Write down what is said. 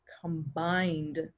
combined